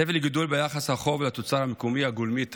צבר הגידול ביחס החוב לתוצר המקומי הגולמי,